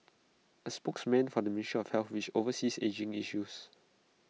A spokesman for the ministry of health which oversees ageing issues